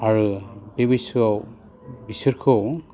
आरो बे बैसोआव बिसोरखौ